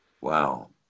Wow